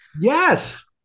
Yes